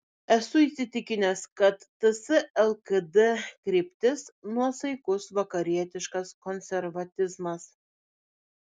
esu įsitikinęs kad ts lkd kryptis nuosaikus vakarietiškas konservatizmas